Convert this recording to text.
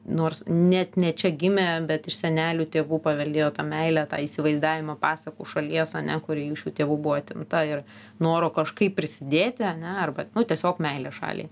nors net ne čia gimė bet iš senelių tėvų paveldėjo tą meilę tą įsivaizdavimą pasakų šalies ane kuri iš jų tėvų buvo atimta ir noro kažkaip prisidėti ane arba nu tiesiog meilė šaliai